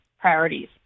priorities